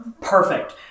Perfect